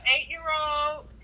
eight-year-old